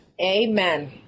Amen